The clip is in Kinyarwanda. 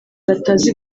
batazi